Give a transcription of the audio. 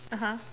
(uh huh)